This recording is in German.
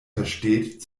versteht